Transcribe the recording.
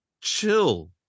chill